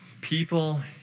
People